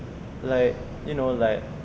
like you know like